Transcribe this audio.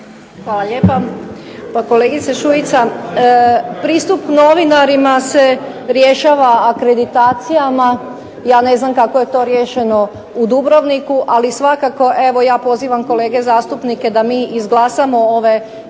Hvala lijepa. Pa kolegice Šuica, pristup novinarima se rješava akreditacijama, ja ne znam kako je to riješeno u Dubrovniku ali svakako ja pozivam kolege zastupnike da mi izglasamo ove